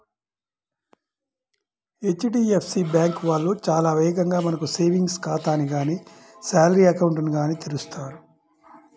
HDFC bank వాళ్ళు చాలా వేగంగా మనకు సేవింగ్స్ ఖాతాని గానీ శాలరీ అకౌంట్ ని గానీ తెరుస్తారు